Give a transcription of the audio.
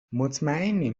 مطمیئنم